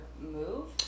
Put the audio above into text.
move